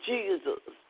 Jesus